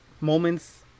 moments